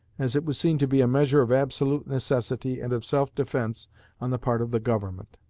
as it was seen to be a measure of absolute necessity and of self-defense on the part of the government.